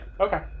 Okay